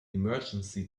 emergency